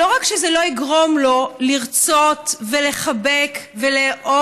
שלא רק שזה לא יגרום לו לרצות ולחבק ולאהוב